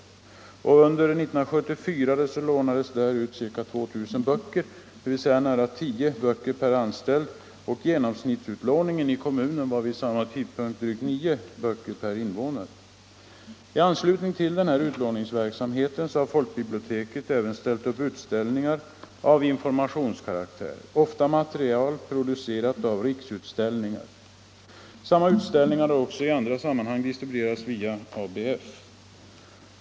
Under 1974 lånades där ut ca 2 000 böcker, dvs. nära tio böcker per anställd. Genomsnittsutlåningen i kommunen var vid samma tidpunkt drygt nio böcker per invånare. I anslutning till utlåningsverksamheten har folkbiblioteket även ordnat utställningar av informationskaraktär, ofta material producerat av Riksutställningar. Samma utställningar har också i andra sammanhang distribuerats via ABF.